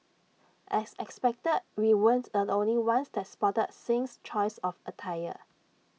as expected we weren't the only ones that spotted Singh's choice of attire